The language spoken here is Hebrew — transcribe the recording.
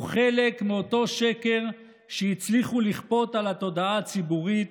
הוא חלק מאותו שקר שהצליחו לכפות על התודעה הציבורית